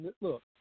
Look